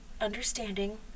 understanding